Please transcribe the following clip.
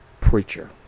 preacher